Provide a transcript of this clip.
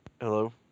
Hello